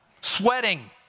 Sweating